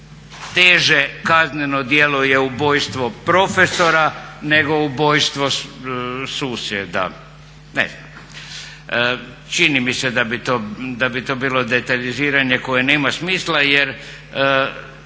teže kazneno djelo je ubojstvo profesora nego ubojstvo susjeda, ne znam. Čini mi se da bi to bilo detaljiziranje koje nema smisla jer